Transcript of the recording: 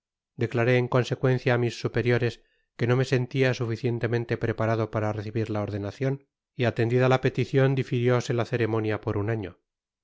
declaré en consecuencia á mis superiores que no me sentia suficientemente preparado para recibir ta ordenacion y atendida la peticion difirióse la ceremonia por un año